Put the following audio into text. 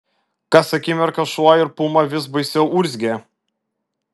kas akimirką šuo ir puma vis baisiau urzgė